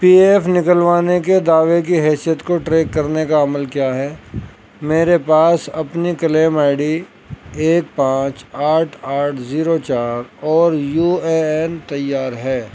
پی F نکلوانے کے دعوے کی حیثیت کو ٹریک کرنے کا عمل کیا ہے میرے پاس اپنی کلیم آئی ڈی ایک پانچ آٹھ آٹھ زیرو چار اور یو اے این تیار ہے